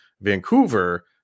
Vancouver